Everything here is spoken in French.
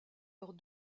leurs